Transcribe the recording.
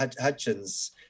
Hutchins